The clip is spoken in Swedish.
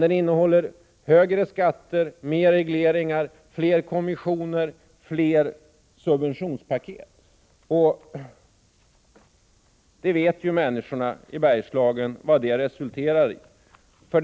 Den innehåller högre skatter, mer regleringar, fler kommissioner och fler subventionspaket. Människorna i Bergslagen vet vad det resulterar i.